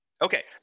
Okay